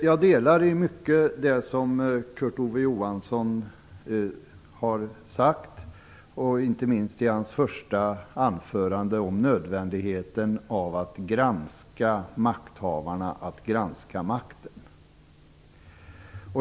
Jag delar i mycket Kurt Ove Johanssons uppfattning, inte minst vad gäller det han sade i sitt första anförande om nödvändigheten av att granska makthavarna och att granska makten.